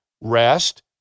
rest